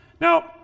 Now